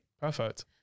perfect